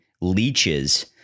leeches